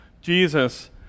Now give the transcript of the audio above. Jesus